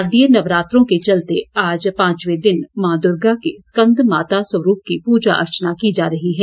शारदीय नवरात्रों के चलते आज पांचवे दिन मां दुर्गा के स्कंद माता स्वरूप की पूजा अर्चना की जा रही है